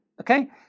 okay